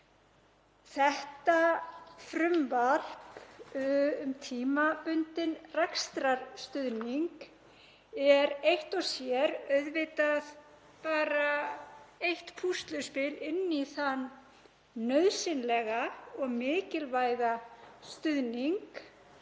Þetta frumvarp um tímabundinn rekstrarstuðning er eitt og sér auðvitað bara eitt púsluspil inn í þann nauðsynlega og mikilvæga stuðning